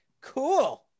Cool